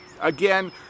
Again